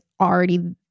already